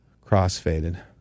cross-faded